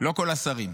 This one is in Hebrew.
לא כל השרים.